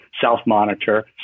self-monitor